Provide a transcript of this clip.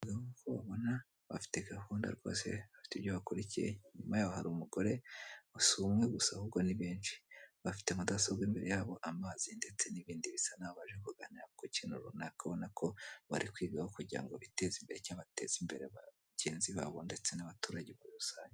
Uko ubabona bafite gahunda rwose bafite ibyo bakurikiye, nyuma yaho hari umugore si umwe gusa ahubwo ni benshi, bafite mudasobwa imbere yabo amazi ndetse n'ibindi bisa n'aho baje kuganira ku kintu runaka ubona ko bari kwigaho kugira ngo biteze imbere, icyangwa bateza imbere bagenzi babo ndetse n'abaturage rusange.